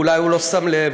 אולי הוא לא שם לב,